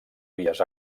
vies